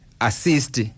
assist